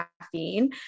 caffeine